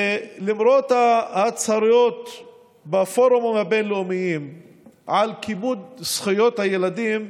למרות ההצהרות בפורומים הבין-לאומיים על כיבוד זכויות הילדים,